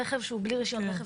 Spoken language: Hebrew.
על רכב שהוא בלי רישיון רכב תקף.